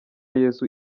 yesu